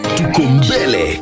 Tukumbele